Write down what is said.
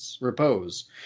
repose